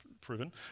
proven